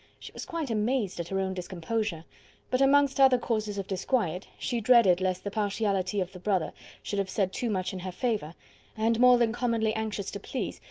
she was quite amazed at her own discomposure but amongst other causes of disquiet, she dreaded lest the partiality of the brother should have said too much in her favour and, more than commonly anxious to please,